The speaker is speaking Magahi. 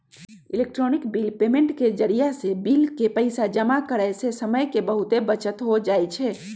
इलेक्ट्रॉनिक बिल पेमेंट के जरियासे बिल के पइसा जमा करेयसे समय के बहूते बचत हो जाई छै